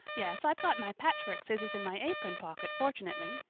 yes. i've got my patchwork scissors in my apron pocket fortunately,